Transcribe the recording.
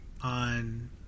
on